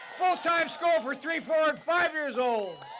full-time school for three, four and five years old.